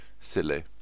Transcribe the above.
silly